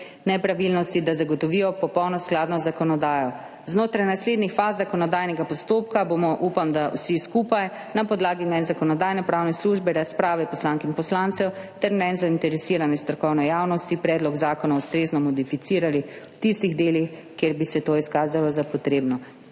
nepravilnosti, da zagotovijo popolno skladnost z zakonodajo. Znotraj naslednjih faz zakonodajnega postopka bomo, upam, da vsi skupaj, na podlagi mnenj Zakonodajno-pravne službe, razprave poslank in poslancev ter mnenj zainteresirane strokovne javnosti predlog zakona ustrezno modificirali v tistih delih, kjer bi se to izkazalo za potrebno.